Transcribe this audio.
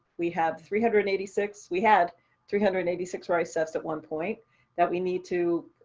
we have three hundred and eighty six, we had three hundred and eighty six wricefs at one point that we need to